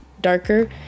darker